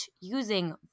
using